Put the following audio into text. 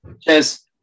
Cheers